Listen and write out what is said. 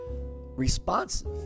responsive